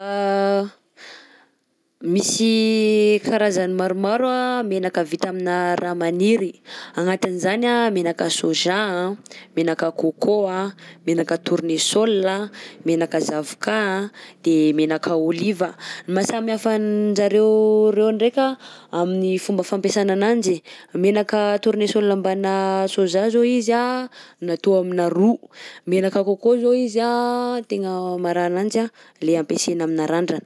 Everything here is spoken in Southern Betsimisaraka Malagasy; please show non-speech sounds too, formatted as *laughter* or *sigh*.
*hesitation* Misy karazany maromaro anh menaka vita aminà raha maniry, agnatin' izany anh: menaka soja anh, menaka coco anh, menaka tournesol anh, menaka zavokà anh, de menaka oliva. _x000D_ Ny mahasamy hafa anjareo reo ndraika amin'ny fomba fampiasana ananjy, menaka tournesol mbanà soja izao izy anh natao aminà ro, menaka coco zao izy anh tegna mara ananjy anh le ampiasaina aminà randragna.